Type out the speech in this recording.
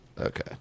Okay